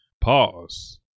Pause